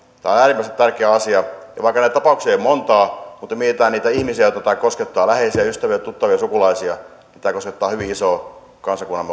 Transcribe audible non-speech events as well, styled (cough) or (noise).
äärimmäisen tärkeä asia ja vaikka näitä tapauksia ei ole montaa niin kun mietitään niitä ihmisiä joita tämä koskettaa läheisiä ystäviä tuttavia sukulaisia niin tämä koskettaa hyvin isoa kansakunnan (unintelligible)